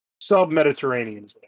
Sub-Mediterranean